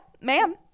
ma'am